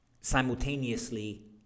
simultaneously